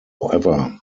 however